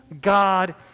God